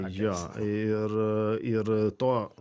jo ir ir to